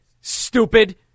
stupid